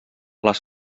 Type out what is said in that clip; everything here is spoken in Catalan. les